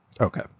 Okay